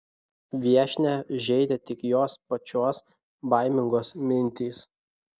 viešnią žeidė tik jos pačios baimingos mintys